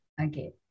Okay